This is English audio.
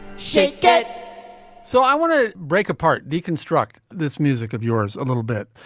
shake it so i want to break apart deconstruct this music of yours a little bit.